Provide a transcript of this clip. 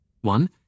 One